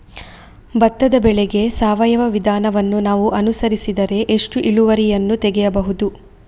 ಭತ್ತದ ಬೆಳೆಗೆ ಸಾವಯವ ವಿಧಾನವನ್ನು ನಾವು ಅನುಸರಿಸಿದರೆ ಎಷ್ಟು ಇಳುವರಿಯನ್ನು ತೆಗೆಯಬಹುದು?